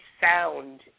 sound